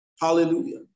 Hallelujah